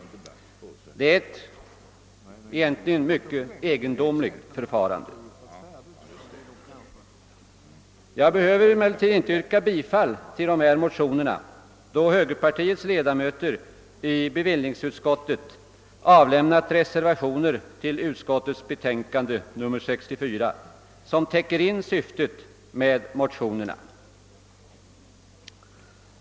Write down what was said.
Det är egentligen ett mycket egendomligt förfarande. Jag behöver emellertid inte yrka bifall till dessa motioner, då högerpartiets ledamöter i bevillningsutskottet till utskottets betänkande nr 64 avlämnat reservationer, som täcker in syftet med motionerna.